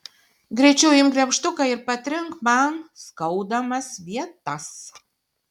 greičiau imk gremžtuką ir patrink man skaudamas vietas